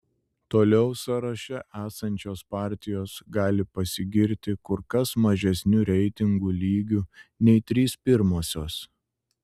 toliau sąraše esančios partijos gali pasigirti kur kas mažesniu reitingų lygiu nei trys pirmosios